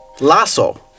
Lasso